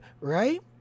right